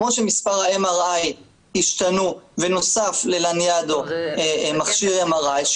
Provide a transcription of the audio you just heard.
כמו שמספר מכשירי ה-MRI השתנו ונוסף ללניאדו מכשיר MRI,